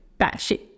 batshit